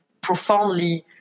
profoundly